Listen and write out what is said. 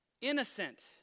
innocent